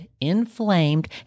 inflamed